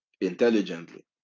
intelligently